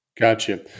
Gotcha